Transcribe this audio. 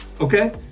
Okay